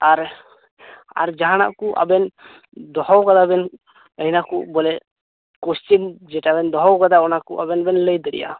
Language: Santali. ᱟᱨ ᱟᱨ ᱡᱟᱦᱟᱱᱟᱜ ᱠᱚ ᱟᱵᱮᱱ ᱫᱚᱦᱚᱣ ᱠᱟᱫᱟᱵᱮᱱ ᱤᱱᱟᱹ ᱠᱚ ᱵᱚᱞᱮ ᱠᱳᱥᱪᱮᱱ ᱡᱮᱴᱟᱵᱮᱱ ᱫᱚᱦᱚᱣ ᱠᱟᱫᱟ ᱚᱱᱟ ᱠᱚ ᱟᱵᱮᱱ ᱵᱮᱱ ᱞᱟᱹᱭ ᱫᱟᱲᱮᱭᱟᱜᱼᱟ